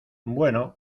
bueno